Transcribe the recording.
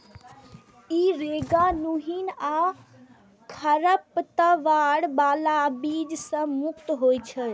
ई रोगाणुहीन आ खरपतवार बला बीज सं मुक्त होइ छै